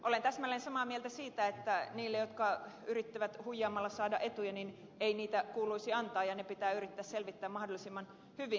olen täsmälleen samaa mieltä siitä että niille jotka yrittävät huijaamalla saada etuja ei niitä kuuluisi antaa ja nämä asiat pitää yrittää selvittää mahdollisimman hyvin